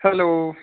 hello